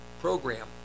program